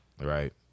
right